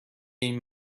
این